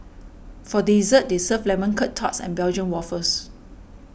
for dessert they serve Lemon Curt Tarts and Belgium Waffles